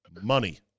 money